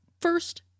first